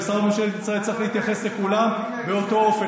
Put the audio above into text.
ושר בממשלת ישראל צריך להתייחס לכולם באותו האופן.